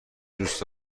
دوست